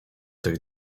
tych